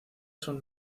son